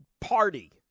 party